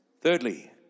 Thirdly